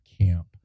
camp